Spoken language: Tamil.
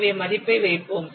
எனவே மதிப்பை வைப்போம்